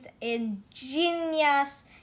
ingenious